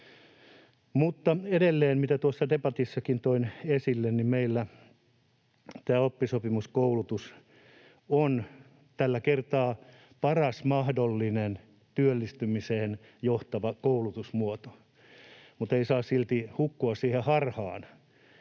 Edelleen, mitä tuossa debatissakin toin esille, meillä tämä oppisopimuskoulutus on tällä kertaa paras mahdollinen työllistymiseen johtava koulutusmuoto, mutta ei saa silti hukkua siihen harhaan,